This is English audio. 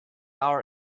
our